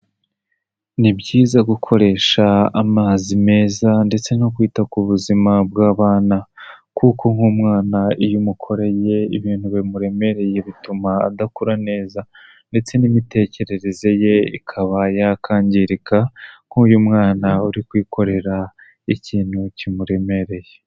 Ni byiza gukoresha amazi meza ndetse no kwita ku buzima bw'abana kuko nk'umwana iyo umukoreye ibintu bimuremereye bituma adakura neza ndetse n'imitekerereze ye ikaba yakangirika, nk'uyu mwana uri kwikorera ikintu kimuremereye.